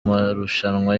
marushanwa